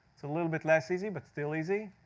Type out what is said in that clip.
it's a little bit less easy, but still easy.